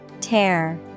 Tear